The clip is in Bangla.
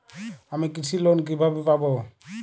আমি কৃষি লোন কিভাবে পাবো?